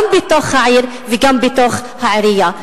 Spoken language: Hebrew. גם בתוך העיר וגם בתוך העירייה.